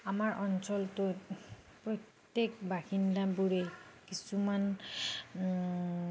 আমাৰ অঞ্চলটোত প্ৰত্যেক বাসিন্দাই কিছুমান